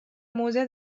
موضع